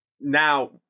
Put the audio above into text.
Now